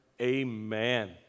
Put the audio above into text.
Amen